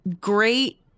great